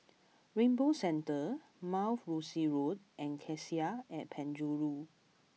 Rainbow Centre Mount Rosie Road and Cassia at Penjuru